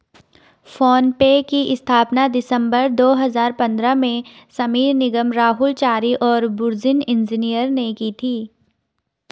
phone पे की स्थापना दिसंबर दो हजार पन्द्रह में समीर निगम, राहुल चारी और बुर्जिन इंजीनियर ने की थी